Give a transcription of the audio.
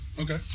Okay